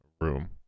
room